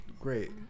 great